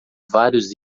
vários